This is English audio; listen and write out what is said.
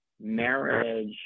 marriage